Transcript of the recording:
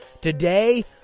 Today